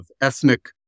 ethnic